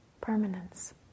permanence